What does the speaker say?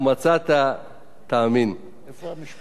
רבותי חברי הכנסת, זוהי הצעת חוק היסטורית,